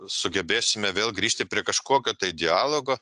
sugebėsime vėl grįžti prie kažkokio tai dialogo